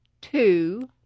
two